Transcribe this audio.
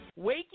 Wakey